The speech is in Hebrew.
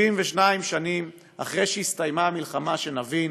72 שנים אחרי שהסתיימה המלחמה, שנבין